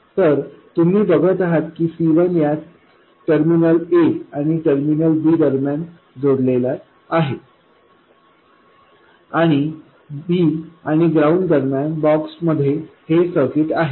तर तुम्ही बघत आहात की C1 या टर्मिनल A आणि टर्मिनल B दरम्यान जोडलेले आहे आणि B आणि ग्राउंड दरम्यान बॉक्स मध्ये हे सर्किट आहे